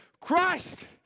Christ